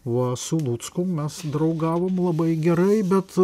o su lucku mes draugavom labai gerai bet